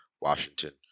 Washington